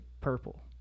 purple